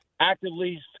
actively